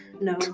no